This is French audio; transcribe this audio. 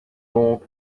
donc